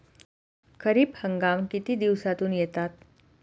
खरीप हंगाम किती दिवसातून येतात?